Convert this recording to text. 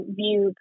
view